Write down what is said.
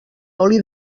oli